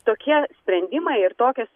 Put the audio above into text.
tokie sprendimai ir tokios